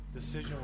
decision